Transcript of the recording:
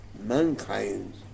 mankind